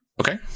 Okay